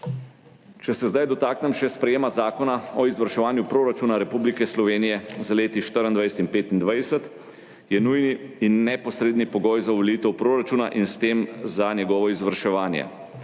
Če se zdaj dotaknem še sprejetja Zakona o izvrševanju proračunov Republike Slovenije za leti 2024 in 2025, ki je nujni in neposredni pogoj za uveljavitev proračuna in s tem za njegovo izvrševanje.